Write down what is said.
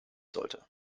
sollte